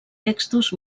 textos